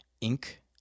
ink